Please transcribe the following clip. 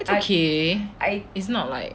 it's okay it's not like